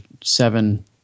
seven –